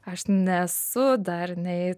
aš nesu dar nei